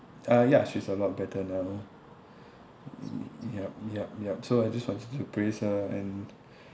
uh ya she's a lot better now mm yup yup yup so I just wanted to praise her and